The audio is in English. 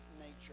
nature